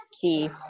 Key